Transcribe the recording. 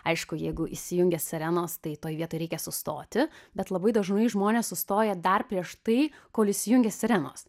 aišku jeigu įsijungia sirenos tai toj vietoj reikia sustoti bet labai dažnai žmonės sustoja dar prieš tai kol įsijungia sirenos